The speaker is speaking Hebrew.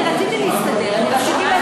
אני רציתי להסתדר, אני רציתי להצמיד את זה.